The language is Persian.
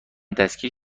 دستگیر